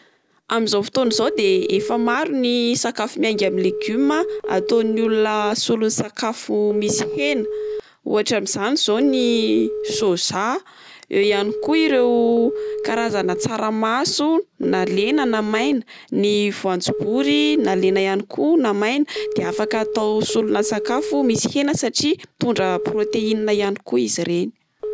Amin'izao fotoana izao de efa maro ny sakafo miainga amin'ny legioma ataon'ny olona solon'ny sakafo misy hena. Ohatra amin'izany zao ny soja, eo ihany koa ireo karazana tsaramaso na lena na maina, ny voajobory na lena ihany koa na maina de afaka atao solona sakafo misy hena satria mitondra proteinina ihany koa izy ireny.